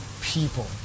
people